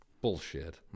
Bullshit